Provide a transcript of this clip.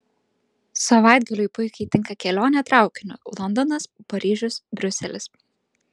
savaitgaliui puikiai tinka kelionė traukiniu londonas paryžius briuselis